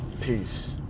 Peace